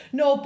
no